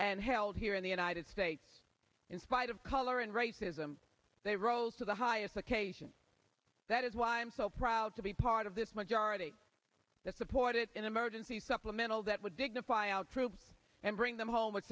held here in the united states in spite of color and racism they rose to the highest occasion that is why i am so proud to be part of this majority that supported an emergency supplemental that would signify out troops and bring them home